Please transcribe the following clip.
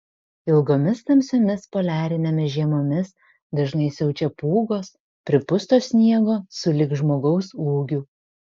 ilgomis tamsiomis poliarinėmis žiemomis dažnai siaučia pūgos pripusto sniego sulig žmogaus ūgiu